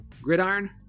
gridiron